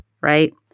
right